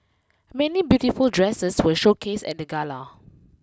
many beautiful dresses were showcased at the gala